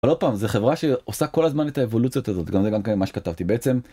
אבל עוד פעם, זה חברה שעושה כל הזמן את האבולוציות הזאת גם זה גם מה שכתבתי. בעצם